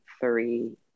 three